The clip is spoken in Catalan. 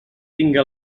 tinga